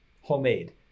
homemade